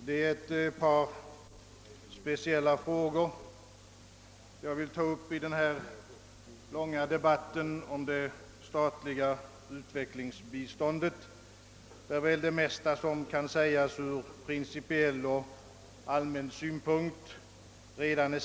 Herr talman! I denna långa debatt om det statliga utvecklingsbiståndet är väl det mesta som kan sägas ur principiell och allmän synpunkt redan sagt.